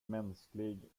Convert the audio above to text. mänsklig